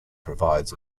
provides